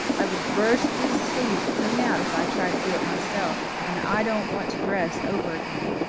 i would burst these sleeves clean out if i tried to do it myself and i don't want to dress over again.